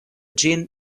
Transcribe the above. ĝin